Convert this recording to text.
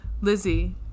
Lizzie